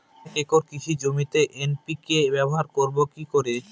এক একর কৃষি জমিতে এন.পি.কে ব্যবহার করব কি করে?